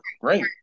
great